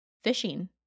Fishing